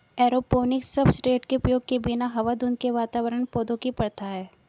aeroponics substrate के उपयोग के बिना हवा धुंध के वातावरण पौधों की प्रथा है